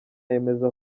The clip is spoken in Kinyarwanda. yemeza